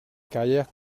carrière